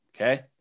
okay